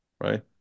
right